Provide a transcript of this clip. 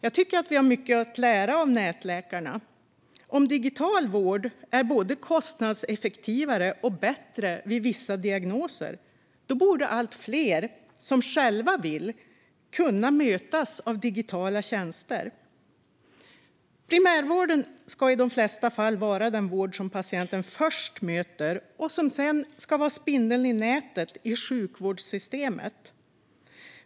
Jag tycker att vi har mycket att lära av nätläkarna. Om digital vård är både kostnadseffektivare och bättre vid vissa diagnoser borde allt fler som själva vill kunna mötas av digitala tjänster. Primärvården ska i de flesta fall vara den vård som patienten möter först och ska sedan vara spindeln i nätet i sjukvårdssystemet.